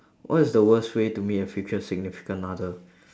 what is the worst way to meet a future significant other